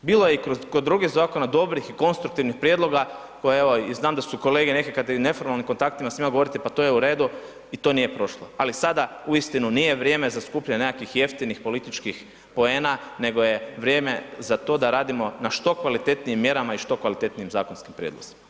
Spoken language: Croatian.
Bilo je i kod drugih zakona dobrih i konstruktivnih prijedloga i znam da su neke kolege kada i u neformalnim kontaktima svima govoriti pa to je uredu i to nije prošlo, ali sada uistinu nije vrijeme za skupljanje nekakvih jeftinih političkih poena nego je vrijeme za to da radimo na što kvalitetnijim mjerama i što kvalitetnijim zakonskim prijedlozima.